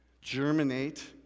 germinate